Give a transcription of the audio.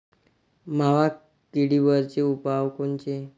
मावा किडीवरचे उपाव कोनचे?